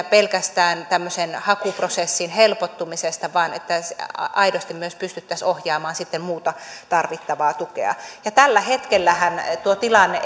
pelkästään tämmöisen hakuprosessin helpottumisesta ja että aidosti myös pystyttäisiin ohjaamaan muuta tarvittavaa tukea tällä hetkellähän tuo tilanne